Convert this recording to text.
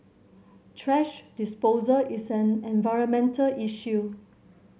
thrash disposal is an environmental issue